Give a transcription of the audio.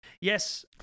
Yes